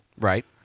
Right